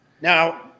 Now